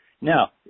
now